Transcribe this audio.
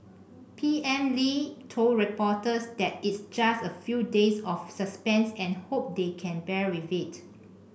P M Lee told reporters that it's just a few days of suspense and hope they can bear with it